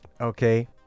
okay